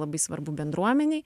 labai svarbu bendruomenei